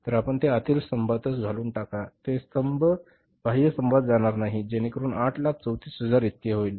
तर आपण ते आतील स्तंभातच घालून टाका ते बाह्य स्तंभात जाणार नाही जेणेकरुन हे 834000 इतके होईल